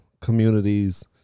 communities